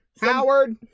Howard